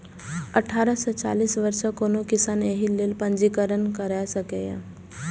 अठारह सं चालीस वर्षक कोनो किसान एहि लेल पंजीकरण करा सकैए